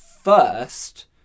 first